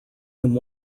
him